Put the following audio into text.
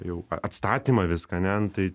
jau atstatymą viską ane nu tai